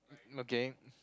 okay